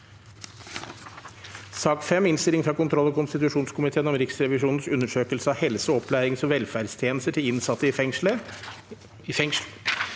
5. Innstilling fra kontroll- og konstitusjonskomiteen om Riksrevisjonens undersøkelse av helse-, opplærings- og velferdstjenester til innsatte i fengsel